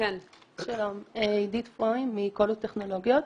אני עידית פרוים, מקולו טכנולוגיות.